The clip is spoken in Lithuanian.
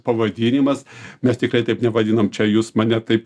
pavadinimas mes tikrai taip nevadinam čia jūs mane taip